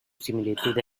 similitud